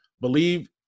believe